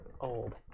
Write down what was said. Old